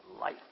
life